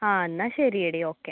ആ എന്നാൽ ശരി എടി ഓക്കേ